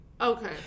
Okay